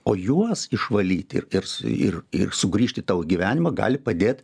o juos išvalyti irs ir ir sugrįžti tau į gyvenimą gali padėt